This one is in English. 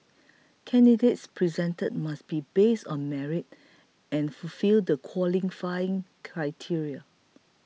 candidates presented must be based on merit and fulfil the qualifying criteria